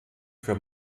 für